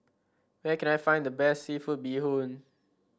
where can I find the best seafood Bee Hoon